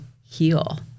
heal